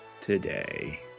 today